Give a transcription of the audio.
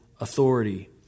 authority